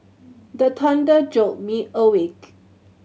the thunder jolt me awake